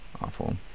awful